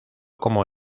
como